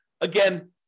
Again